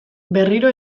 berriro